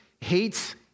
hates